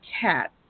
cat